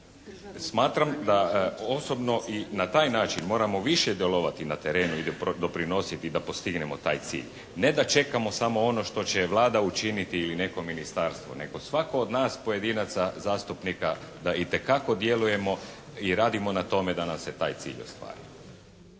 smatram da osobno i na taj način moramo više djelovati na terenu ili doprinositi da postignemo taj cilj, ne da čekamo samo ono što će Vlada učiniti ili neko ministarstvo nego svatko od nas pojedinaca zastupnika da itekako djelujemo i radimo na tome da nam se taj cilj ostvari.